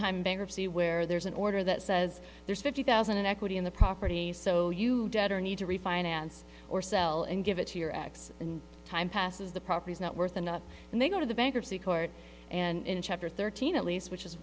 in bankruptcy where there's an order that says there's fifty thousand in equity in the property so you need to refinance or sell and give it to your ex and time passes the property is not worth enough and they go to the bankruptcy court and in chapter thirteen at least which is